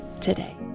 today